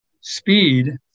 speed